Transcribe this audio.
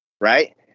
Right